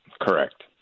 Correct